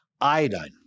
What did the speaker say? Iodine